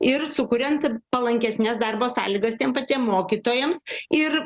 ir sukuriant palankesnes darbo sąlygas tiem patiem mokytojams ir